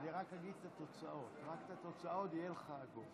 תוצאות ההצבעה: